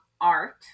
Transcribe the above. art